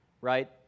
right